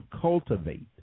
cultivate